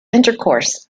intercourse